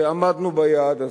ועמדנו ביעד הזה.